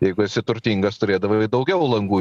jeigu esi turtingas turėdavai daugiau langų